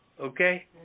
okay